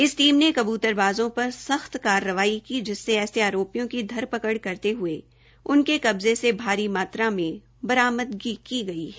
इस टीम ने कबतूरबाजों पर सख्त कार्रवाई की जिससे ऐसे आरोपिों की धरपकड़ करते हये उनके कब्जे से भारी मात्रा मे बरामदगी की गई है